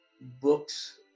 books